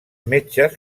metges